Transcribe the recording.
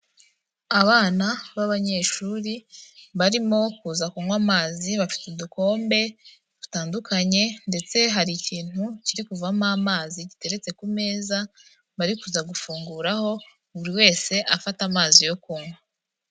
Abana b'abanyeshuri barimo kuza kunywa amazi bafite udukombe dutandukanye ndetse hari ikintu kiri kuvamo amazi giteretse ku meza, bari kuza gufunguraho buri wese afata amazi yo kunywa.